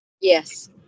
Yes